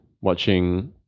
watching